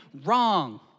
wrong